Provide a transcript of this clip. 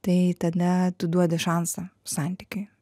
tai tada tu duodi šansą santykiui